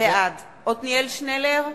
בעד עתניאל שנלר,